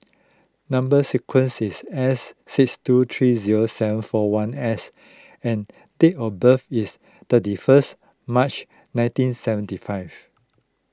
Number Sequence is S six two three zero seven four one S and date of birth is thirty first March nineteen seventy five